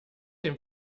dem